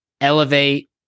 elevate